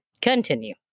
continue